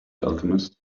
alchemist